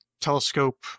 telescope